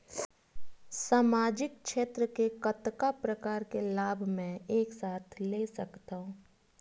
सामाजिक क्षेत्र के कतका प्रकार के लाभ मै एक साथ ले सकथव?